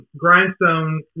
Grindstone